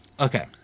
Okay